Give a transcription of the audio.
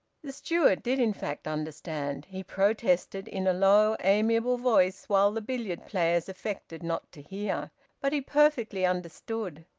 the steward did in fact understand. he protested in a low, amiable voice, while the billiard-players affected not to hear but he perfectly understood.